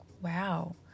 wow